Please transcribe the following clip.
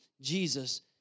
Jesus